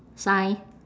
sign